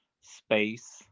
space